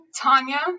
Tanya